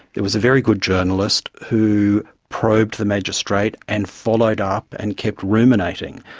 there was a very good journalist who probed the magistrate and followed up and kept ruminating.